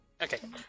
Okay